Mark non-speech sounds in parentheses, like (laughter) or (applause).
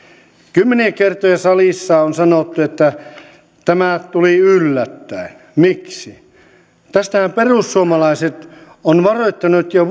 kymmeniä kertoja salissa on sanottu että tämä tuli yllättäen miksi tästähän perussuomalaiset on varoittanut jo (unintelligible)